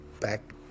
back